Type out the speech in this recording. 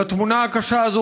לתמונה הקשה הזו,